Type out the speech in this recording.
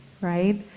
right